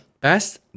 best